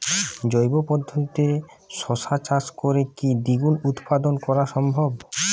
জৈব পদ্ধতিতে শশা চাষ করে কি দ্বিগুণ উৎপাদন করা সম্ভব?